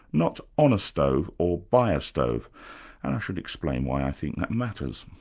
not on a stove or by a stove and i should explain why i think that matters.